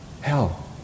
Hell